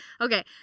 okay